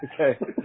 Okay